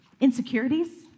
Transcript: insecurities